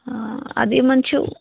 آ اَدٕ یِمَن چھِ